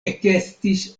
ekestis